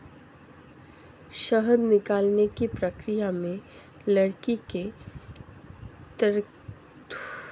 शहद निकालने की प्रक्रिया में लकड़ी के तख्तों का इस्तेमाल किया जाता है